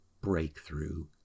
breakthrough